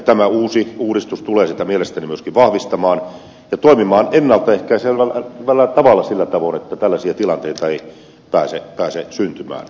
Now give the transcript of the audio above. tämä uusi uudistus tulee mielestäni myöskin vahvistamaan sitä ja toimimaan ennalta ehkäisevällä tavalla sillä tavoin että tällaisia tilanteita ei pääse syntymään